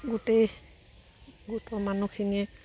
গোটেই গোটৰ মানুহখিনিয়ে